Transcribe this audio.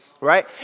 right